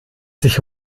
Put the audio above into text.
sich